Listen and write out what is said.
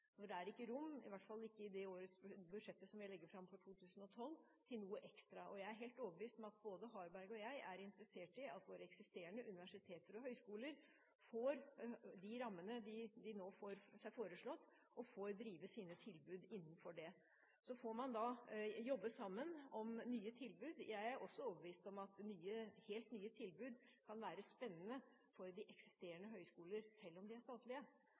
for det er ikke rom – i hvert fall ikke i budsjettet som vi legger fram for 2012 – til noe ekstra. Jeg er helt overbevist om at både Harberg og jeg er interessert i at våre eksisterende universiteter og høyskoler får de rammene som nå er blitt foreslått, og at de får drive sine tilbud innenfor disse. Så får man jobbe sammen om nye tilbud. Jeg er også overbevist om at helt nye tilbud kan være spennende for de eksisterende høyskoler, selv om de er statlige.